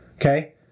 okay